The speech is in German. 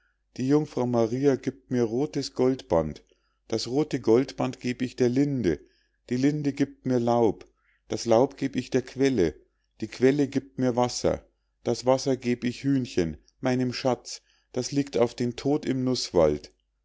die jungfrau maria giebt mir rothes goldband das rothe goldband geb ich der linde die linde giebt mir laub das laub geb ich der quelle die quelle giebt mir wasser das wasser geb ich hühnchen meinem schatz das liegt auf den tod im nußwald